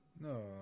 No